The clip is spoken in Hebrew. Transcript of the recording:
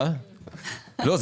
לא,